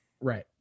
Right